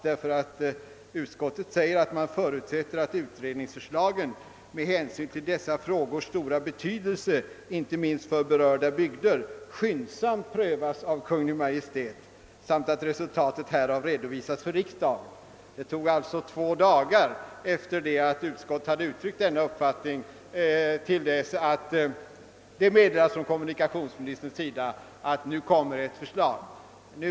Utskottet skriver nämligen: »Utskottet förutsätter dock att utredningsförslagen, med hänsyn till dessa frågors stora betydelse inte minst för berörda bygder, skyndsamt prövas av Kungl. Maj:t samt att resultaten härav redovisas för riksdagen.» Det tog alltså två dagar från det att utskottet hade givit uttryck för sin uppfattning till dess att det meddelades från kommunikationsministern att ett förslag skulle framläggas.